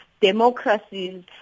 democracies